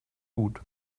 gut